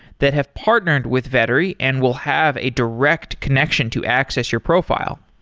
that have partnered with vettery and will have a direct connection to access your profile.